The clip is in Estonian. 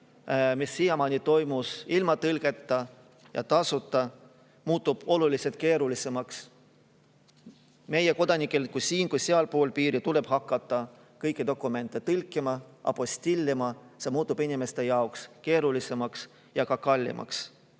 mis siiamaani toimus ilma tõlketa ja tasuta, muutub oluliselt keerulisemaks. Meie kodanikele nii siin- kui ka sealpool piiri tuleb hakata kõiki dokumente tõlkima ja apostillima. See kõik muutub inimeste jaoks keerulisemaks ja ka kallimaks.